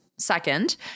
Second